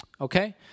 Okay